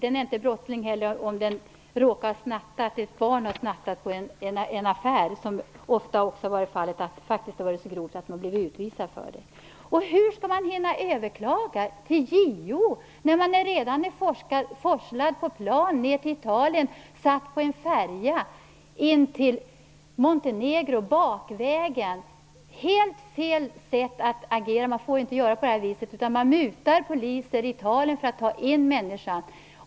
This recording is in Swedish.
En flykting eller ett barn som har råkat snatta i en affär är inte en brottsling. Det har ofta varit fallet att brottet har varit så grovt att flyktingar har blivit utvisade på grund av det. Och hur skall man hinna överklaga till JO när man redan har forslats med plan till Italien och har placerats på en färja till Montenegro för att föras in bakvägen? Det är helt fel sätt att agera. Man får inte göra på det viset. Poliser i Italien mutas för att de skall släppa in den utvisade människan.